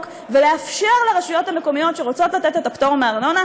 ולאפשר לרשויות המקומיות שרוצות לתת את הפטור מארנונה,